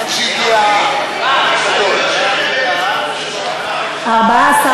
משה גפני ויעקב אשר אחרי סעיף 1 לא נתקבלה.